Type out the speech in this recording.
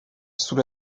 sous